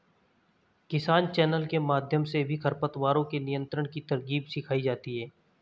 किसान चैनल के माध्यम से भी खरपतवारों के नियंत्रण की तरकीब सिखाई जाती है